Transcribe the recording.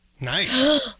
Nice